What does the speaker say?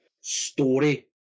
story